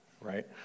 right